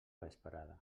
vesprada